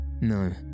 No